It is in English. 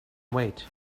wait